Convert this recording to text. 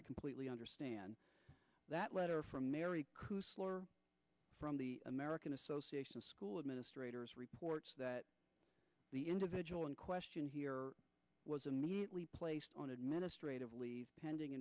i completely understand that letter from mary from the american association of school administrators reports that the individual in question here was immediately placed on administrative leave pending